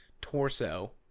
torso